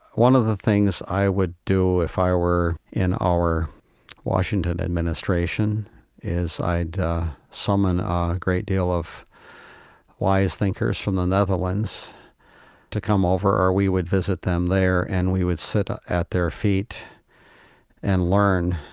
one of the things i would do if i were in our washington administration is i'd summon a great deal of wise thinkers from the netherlands to come over or we would visit them there and we would sit at their feet and learn